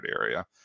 area